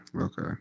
okay